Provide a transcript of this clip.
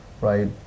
right